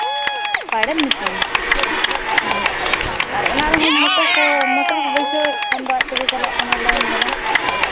pedal machine ᱦᱮᱸ ᱟᱨ ᱨᱮᱦᱚᱸ ᱢᱚᱴᱚᱨ ᱠᱚ ᱢᱚᱴᱚᱨ ᱠᱚ ᱵᱟᱹᱭᱥᱟᱹᱣᱮᱫ ᱠᱷᱟᱱ ᱫᱚ ᱟᱡ ᱛᱮᱜᱮ ᱪᱟᱞᱟᱜ ᱠᱟᱱᱟ ᱞᱟᱭᱤᱱ ᱵᱟᱞᱟ